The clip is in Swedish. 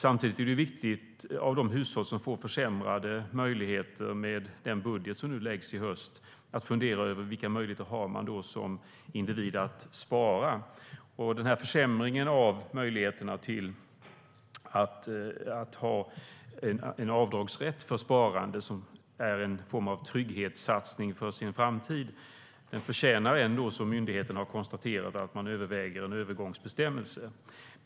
Samtidigt är det viktigt att de hushåll som med den budget som läggs nu i höst får försämrade möjligheter kan fundera över vilka möjligheter individen har när det gäller att spara. Försämringen av möjligheterna till avdragsrätt för sparande - som är en form av trygghetssatsning för framtiden - förtjänar, som myndigheterna har konstaterat, att man överväger en övergångsbestämmelse.